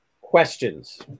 Questions